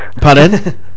pardon